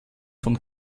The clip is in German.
von